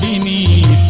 need